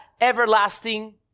everlasting